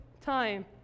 time